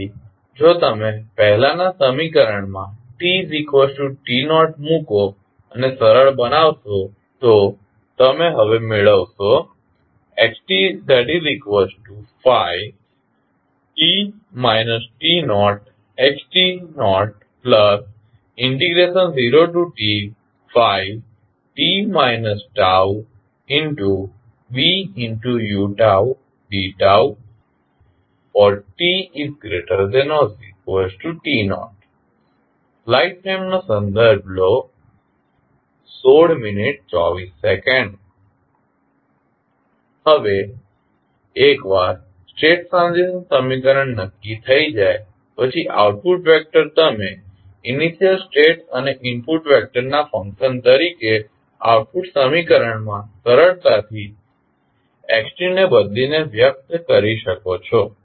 તેથી જો તમે પહેલાંના સમીકરણમાં tt0મૂકો અને સરળ બનાવશો તો તમે હવે મેળવશો xφt t0xt00tt τBudτt≥t0 હવે એકવાર સ્ટેટ ટ્રાન્ઝિશન સમીકરણ નક્કી થઈ જાય પછી આઉટપુટ વેક્ટર તમે ઇનિશિયલ સ્ટેટ અને ઇનપુટ વેક્ટરના ફંકશન તરીકે આઉટપુટ સમીકરણમાં સરળતાથી x ને બદલીને વ્યક્ત કરી શકો છો